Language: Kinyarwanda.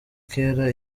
kera